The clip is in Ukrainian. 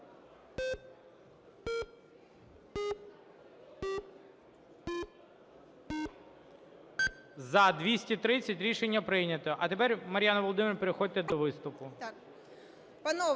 За-230 Рішення прийнято. А тепер, Мар'яна Володимирівна, переходьте до виступу.